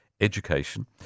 education